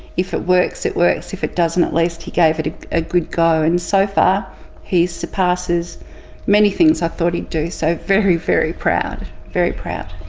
if it works it works, if it doesn't at least he gave it it a good go. and so far he surpasses many things i thought he'd do, so very, very proud, very proud.